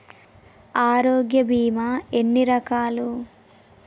ఆరోగ్య బీమా ఎన్ని రకాలు?